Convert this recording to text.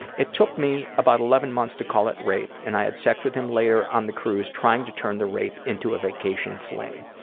it took me about eleven months to call it rape and i had sex with him later on the cruise, trying to turn the rape into a vacation fling.